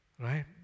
Right